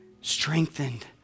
strengthened